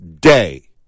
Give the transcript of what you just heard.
day